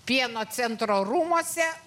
pienocentro rūmuose